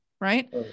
right